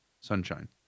Sunshine